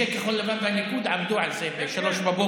אנשי כחול לבן והליכוד עבדו על זה ב-03:00.